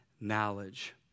knowledge